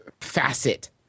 facet